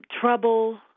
trouble